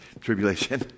tribulation